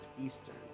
Eastern